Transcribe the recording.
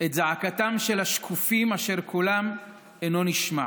את זעקתם של השקופים, אשר קולם אינו נשמע.